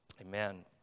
Amen